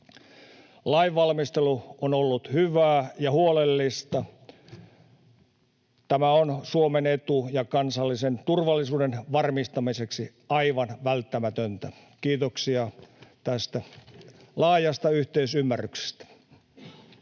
Lainvalmistelu on ollut hyvää ja huolellista. Tämä on Suomen etu ja kansallisen turvallisuuden varmistamiseksi aivan välttämätöntä. Kiitoksia tästä laajasta yhteisymmärryksestä.